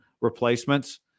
replacements